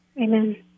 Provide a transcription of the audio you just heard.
Amen